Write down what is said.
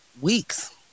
weeks